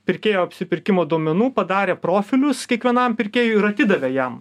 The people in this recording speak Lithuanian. pirkėjo apsipirkimo duomenų padarė profilius kiekvienam pirkėjui ir atidavė jam